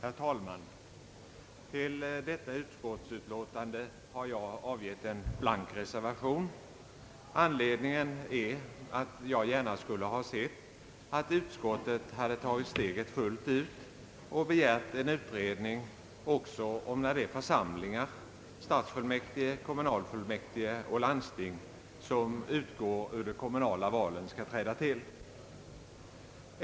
Herr talman! Till detta utskottsutlåtande har jag fogat en blank reservation. Anledningen är att jag gärna skulle ha sett att utskottet hade tagit steget fullt ut och begärt en utredning också om när de församlingar — stadsfullmäktige, kommunalfullmäktige och landsting — som utgår ur de kommu nala valen skall träda till.